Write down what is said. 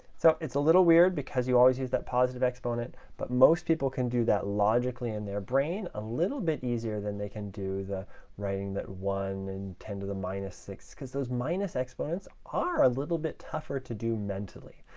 so it's a little weird because you always use that positive exponent, but most people can do that logically in their brain, a little bit easier than they can do the writing that one and ten to the minus six, because those minus exponents are a little bit tougher to do mentally.